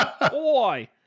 Boy